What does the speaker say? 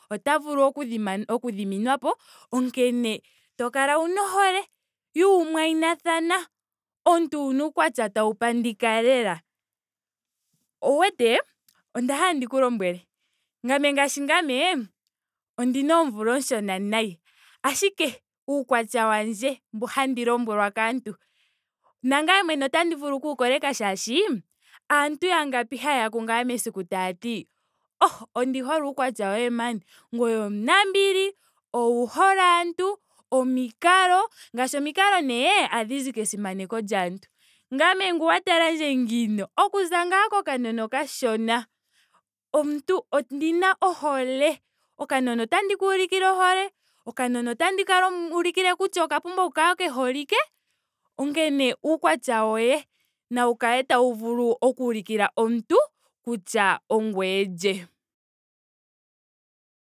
Ota vulu oku dhimanapo oku dhiminwapo. onkene to kala wuna ohole yuumwayithana. Omuntu wuna uukwatya tawu pandika lela. Owu wete. onda hala ndiku lombwele. ngame ngaashi ngame ondina oomvula oonshona nayi. ashike uukwatya wandje mbu handi lombwelwa kaantu. nangame mwene otandi vulu okuwu koleka molwaashoka. aantu yangapi hayeya kungame mesiku taati oh! Ondi hole uukwatya woye maan. Ngoye omunambili. owu hole aantu. omikalo. Ngaashi omikalo nee ohadhi zi kesimano lyaantu. Ngame ngu wa talandje ngeyi okuza ngaa kokanona okashona. omuntu ondina ohole. okanona otandi ka ulikile ohole. okanona otandi ka lombwel ulikile kutya oka pumbwa oku kala ke holike. onkene uukwatya woye nawu kale tawu vulu okuulikila omuntu ongoye lye